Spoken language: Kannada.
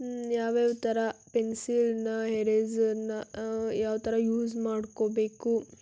ಯಾವ ಯಾವ ಥರ ಪೆನ್ಸಿಲನ್ನ ಎರೇಸರನ್ನ ಯಾವ ಥರ ಯೂಸ್ ಮಾಡ್ಕೋಬೇಕು